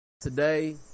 today